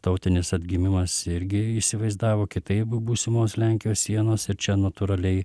tautinis atgimimas irgi įsivaizdavo kitaip būsimos lenkijos sienos ir čia natūraliai